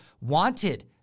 wanted